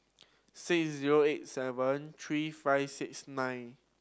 six zero eight seven three five six nine